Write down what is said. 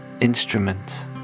instrument